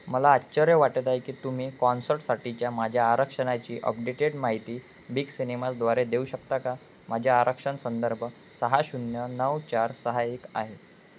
मला आश्चर्य वाटत आहे की तुम्ही कॉन्सर्टसाठीच्या माझ्या आरक्षणाची अपडेटेड माहिती बिग सिनेमाजद्वारे देऊ शकता का माझ्या आरक्षण संदर्भ सहा शून्य नऊ चार सहा एक आहे